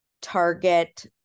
target